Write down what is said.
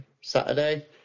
Saturday